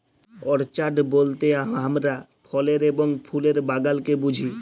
orchard বলতে হামরা ফলের এবং ফুলের বাগালকে বুঝি